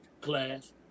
class